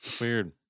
weird